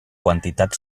quantitat